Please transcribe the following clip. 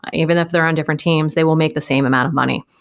even if they're on different teams, they will make the same amount of money.